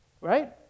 right